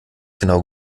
genau